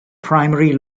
primary